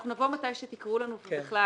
אנחנו נבוא מתי שתקראו לנו ובכלל.